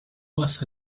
was